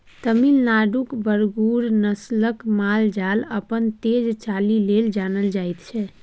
तमिलनाडुक बरगुर नस्लक माल जाल अपन तेज चालि लेल जानल जाइ छै